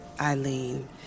Eileen